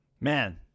Man